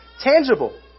Tangible